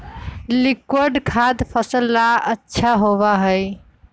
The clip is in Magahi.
लिक्विड खाद फसल ला अच्छा होबा हई